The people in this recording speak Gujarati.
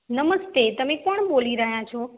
નમસ્તે તમે કોણ બોલી રહ્યા છો